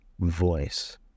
voice